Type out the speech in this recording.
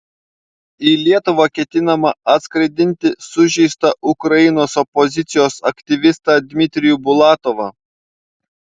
į lietuvą ketinama atskraidinti sužeistą ukrainos opozicijos aktyvistą dmitrijų bulatovą